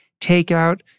takeout